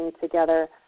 together